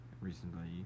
recently